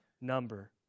number